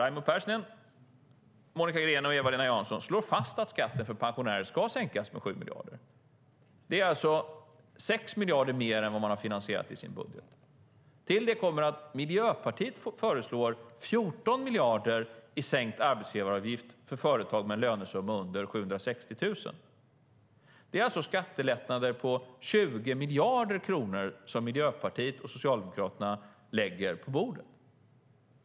Raimo Pärssinen, Monica Green och Eva-Lena Jansson slår fast att skatten för pensionärer ska sänkas med 7 miljarder. Det är alltså 6 miljarder mer än man har finansierat i sin budget. Till det kommer att Miljöpartiet föreslår 14 miljarder i sänkt arbetsgivaravgift för företag med en lönesumma under 760 000 kronor. Det är alltså skattelättnader på 20 miljarder kronor som Miljöpartiet och Socialdemokraterna lägger på bordet.